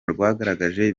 rwagaragaje